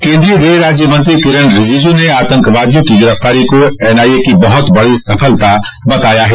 कन्द्रीय गृह राज्य मत्री किरेन रिजिजू ने आतकवादियो की गिरफ्तारी को एनआईए की बहुत बड़ी सफलता बताया है